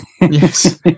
Yes